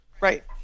Right